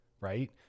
right